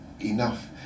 enough